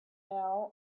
now